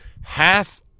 Half